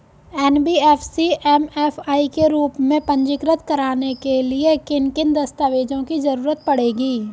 NBFC MFI के रूप में पंजीकृत कराने के लिए किन किन दस्तावेजों की जरूरत पड़ेगी?